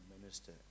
minister